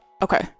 Okay